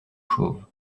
chauve